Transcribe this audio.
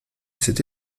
cette